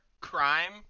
crime